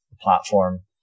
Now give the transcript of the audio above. platform